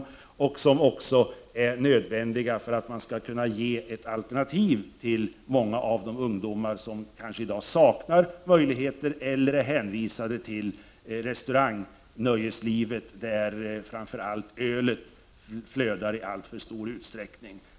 Sådana miljöer är också nödvändiga för att man skall kunna ge ett alternativ till många av de ungdomar som i dag saknar möjligheter eller är hänvisade till restaurangernas nöjesliv, där framför allt ölet flödar i alltför stor utsträckning.